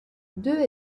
deux